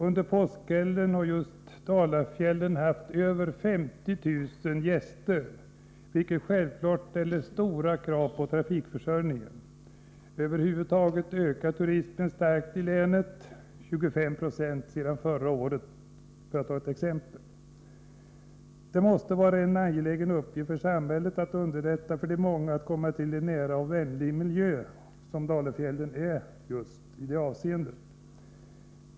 Under påskhelgen har man i just Dalafjällen haft över 50 000 gäster, vilket självfallet ställer stora krav på trafikförsörjningen. Över huvud taget ökar turismen starkt i länet — med 25 90 sedan förra året. Det måste vara en angelägen uppgift för samhället att underlätta för de många att komma upp till den fjällnära och naturvänliga miljö som Dalafjällen erbjuder.